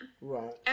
Right